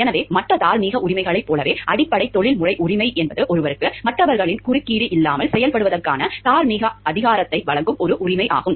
எனவே மற்ற தார்மீக உரிமைகளைப் போலவே அடிப்படை தொழில்முறை உரிமை என்பது ஒருவருக்கு மற்றவர்களின் குறுக்கீடு இல்லாமல் செயல்படுவதற்கான தார்மீக அதிகாரத்தை வழங்கும் ஒரு உரிமையாகும்